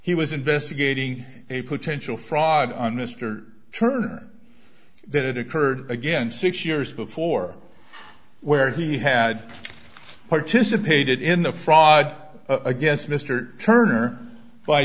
he was investigating a potential fraud on mr turner that it occurred again six years before where he had participated in the fraud against mr turner by